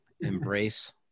Embrace